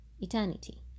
eternity